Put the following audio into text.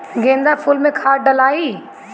गेंदा फुल मे खाद डालाई?